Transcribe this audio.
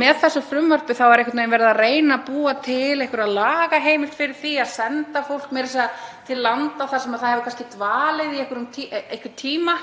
Með þessu frumvarpi er einhvern veginn verið að reyna að búa til einhverja lagaheimild fyrir því að senda fólk meira að segja til landa þar sem það hefur kannski dvalið í einhvern tíma